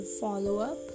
follow-up